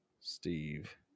steve